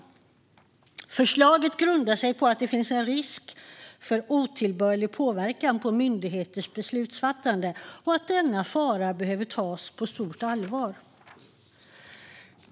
Förslaget grundar sig på att det finns en risk för otillbörlig påverkan på myndigheters beslutsfattande och att denna fara behöver tas på stort allvar.